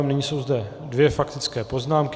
Nyní jsou zde dvě faktické poznámky.